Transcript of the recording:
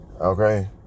Okay